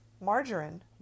Margarine